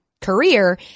career